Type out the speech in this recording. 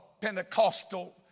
Pentecostal